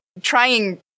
trying